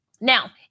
Now